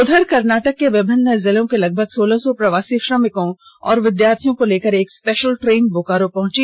उधर कर्नाटक के विभिन्न जिलों के लगभग सोलह सौ प्रवासी श्रमिकों और विद्यार्थियों को लेकर एक स्पेषल ट्रेन बोकारो भी पहुंची